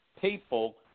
people